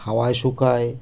হাওয়ায় শুকায়